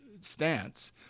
stance